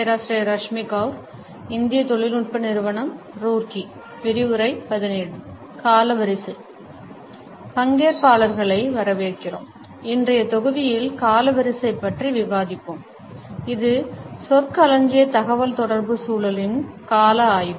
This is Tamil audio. பங்கேற்பாளர்களை வரவேற்கிறோம் இன்றைய தொகுதியில் காலவரிசை பற்றி விவாதிப்போம் இது சொற்களஞ்சிய தகவல்தொடர்பு சூழலின் கால ஆய்வு